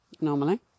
normally